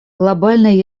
глобальная